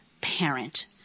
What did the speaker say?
parent